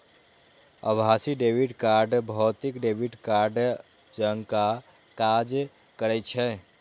आभासी debit card भौतिक debit कार्डे जकां काज करै छै